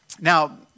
Now